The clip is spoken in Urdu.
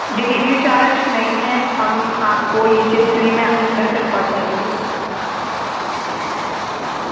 ڈلیوری چارج نہیں ہے ہم آپ کو یہ چیز فری میں آپ کے گھر تک پہنچائیں گے